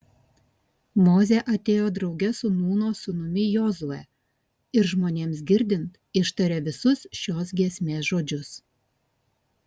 mozė atėjo drauge su nūno sūnumi jozue ir žmonėms girdint ištarė visus šios giesmės žodžius